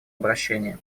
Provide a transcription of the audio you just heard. обращение